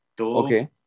Okay